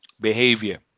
behavior